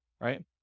right